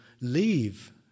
leave